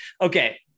Okay